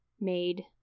made